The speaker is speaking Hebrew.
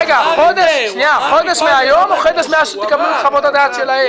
חודש מהיום או חודש מהרגע שתקבלו את חוות הדעת שלהם?